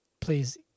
Please